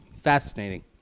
Fascinating